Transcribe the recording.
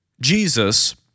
Jesus